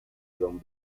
don